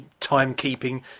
timekeeping